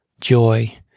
joy